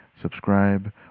subscribe